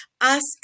ask